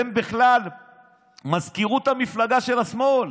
הם בכלל מזכירות המפלגה של השמאל,